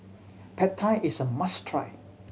Pad Thai is a must try